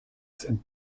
zen